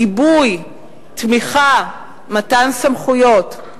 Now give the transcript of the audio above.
גיבוי, תמיכה, מתן סמכויות.